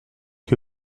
que